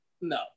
no